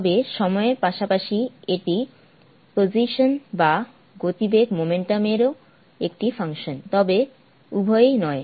তবে সময়ের পাশাপাশি এটি পোজিশন বা গতিবেগ এর ও একটি ফাংশন তবে উভয়ই নয়